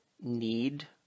need